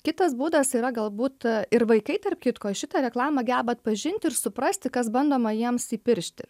kitas būdas yra galbūt ir vaikai tarp kitko šitą reklamą geba atpažinti ir suprasti kas bandoma jiems įpiršti